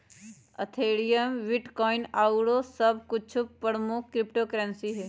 Ethereum, bitcoin आउरो सभ कुछो प्रमुख क्रिप्टो करेंसी हइ